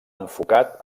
enfocat